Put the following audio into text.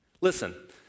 Listen